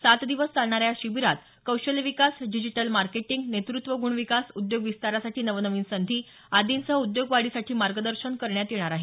सात दिवस चालणाऱ्या या शिबिरात कौशल्य विकास डिजिटल मार्केटिंग नेतृत्वग्रण विकास उद्योग विस्तारासाठी नवनवीन संधी आर्दींसह उद्योग वाढीसाठी मार्गदर्शन करण्यात येणार आहे